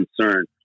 concern